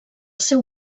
seu